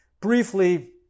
briefly